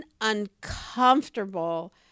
uncomfortable